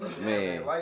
man